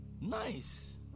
Nice